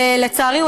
לצערי,